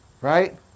right